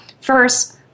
First